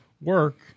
work